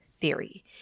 theory